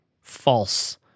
false